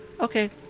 okay